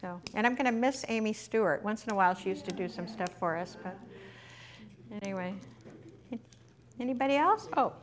now and i'm going to miss amy stewart once in a while she used to do some stuff for us anyway anybody else oh